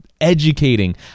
educating